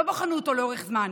לא בחנו אותו לאורך זמן,